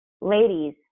Ladies